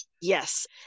Yes